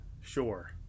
sure